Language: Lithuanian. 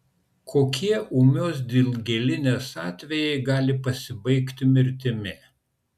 kokie ūmios dilgėlinės atvejai gali pasibaigti mirtimi